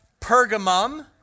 Pergamum